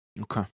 Okay